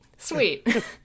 Sweet